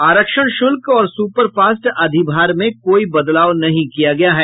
आरक्षण शुल्क और सुपरफास्ट अधिभार में कोई बदलाव नहीं किया गया है